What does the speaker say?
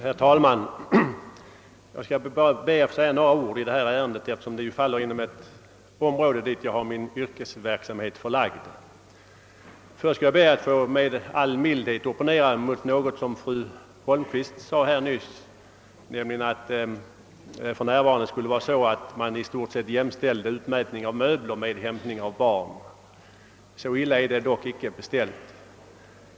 Herr talman! Jag ska be att få säga några ord i detta ärende, eftersom det tillhör ett område där jag har min yrkesverksamhet förlagd. Först vill jag med all mildhet opponera mig emot fru Holmqvists uttalande, att man för närvarande i stort sett jämställer utmätning av möbler med hämtning av barn. Så illa är det dock inte beställt.